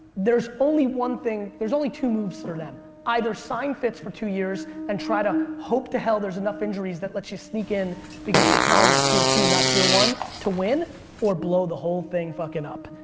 there's only one thing, there's only two moves and for them either sign fitz for two years and try to hope to hell there's enough injuries that lets you sneak in because the talent is tier two not tier one to win or blow the whole thing fuckin' up.